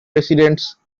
residents